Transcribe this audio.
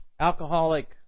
alcoholic